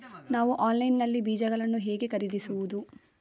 ನಾವು ಆನ್ಲೈನ್ ನಲ್ಲಿ ಬೀಜಗಳನ್ನು ಹೇಗೆ ಖರೀದಿಸುವುದು?